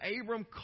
Abram